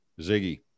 Ziggy